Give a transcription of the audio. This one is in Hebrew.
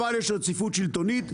אבל יש רציפות שלטונית,